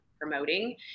promoting